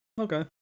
Okay